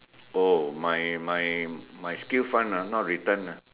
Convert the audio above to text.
oh my my my skill fund ah not return ah